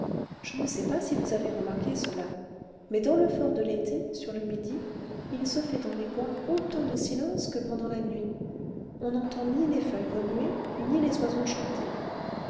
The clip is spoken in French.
je ne sais pas si vous avez remarqué cela mais dans le fort de l'été sur le midi il se fait dans les bois autant de silence que pendant la nuit on n'entend ni les feuilles remuer ni les oiseaux chanter